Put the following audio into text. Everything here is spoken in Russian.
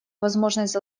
возможность